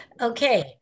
Okay